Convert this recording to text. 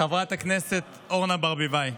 חברת הכנסת אורנה ברביבאי.